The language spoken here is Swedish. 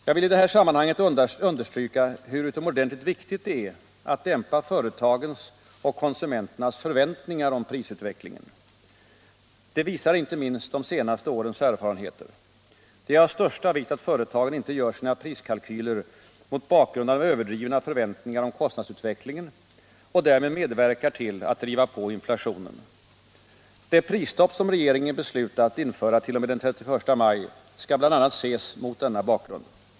Jag vill i detta sammanhang understryka hur utomordentligt viktigt det är att dämpa företagens och konsumenternas förväntningar om prisutvecklingen. Det visar inte minst de senaste årens erfarenheter. Det är av största vikt att företagen inte gör sina priskalkyler mot bakgrund av överdrivna förväntningar om kostnadsutvecklingen och därmed medverkar till att driva på inflationen. Det prisstopp som regeringen beslutat införa t.o.m. den 31 maj skall bl.a. ses mot denna bakgrund.